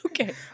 Okay